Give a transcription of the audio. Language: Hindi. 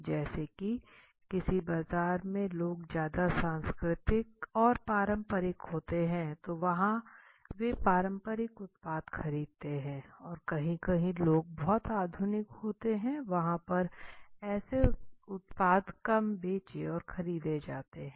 जैसे की किसी बाजार में लोग ज़्यादा सांस्कृतिक और पारंपरिक होते तो वहां वे पारंपरिक उत्पाद खरीदते हैं और कहीं कहीं लोग बहुत आधुनिक होते है वहां पर ऐसे उत्पाद काम बेचे और खरीदे जाते हैं